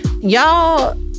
y'all